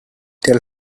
tell